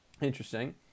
Interesting